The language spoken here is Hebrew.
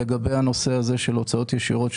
לגבי הנושא של הוצאות ישירות.